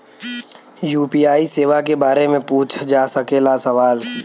UPI सेवा के बारे में पूछ जा सकेला सवाल?